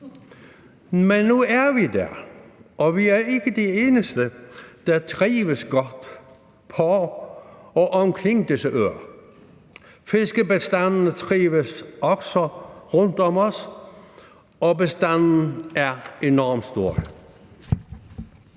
Men nu er vi der, og vi er ikke de eneste, der trives godt på og omkring disse øer. Fiskebestandene trives også rundt om os, og bestandene er enormt store.